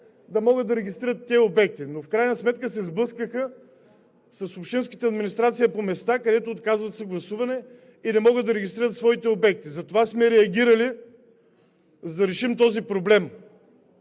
да могат да регистрират тези обекти. Но в крайна сметка се сблъскаха с общинската администрация по места, където отказват съгласуване и не могат да регистрират своите обекти. Затова сме реагирали, за да решим този проблем.